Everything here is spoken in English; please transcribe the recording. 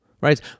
right